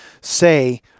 say